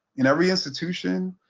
in every institution,